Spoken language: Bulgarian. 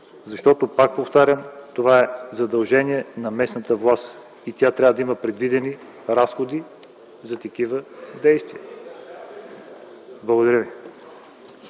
– пак повтарям, това е задължение на местната власт. Тя трябва да има предвидени разходи за такива действия. Благодаря.